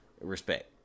Respect